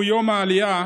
היום הוא יום העלייה,